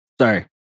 Sorry